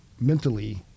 mentally